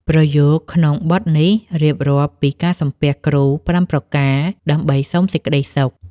ប្រយោគក្នុងបទនេះរៀបរាប់ពីការសំពះគ្រូ ៥ ប្រការ ដើម្បីសុំសេចក្ដីសុខ។